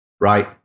right